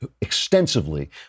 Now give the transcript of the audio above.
extensively